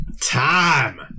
time